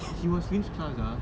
he was which class ah